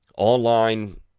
online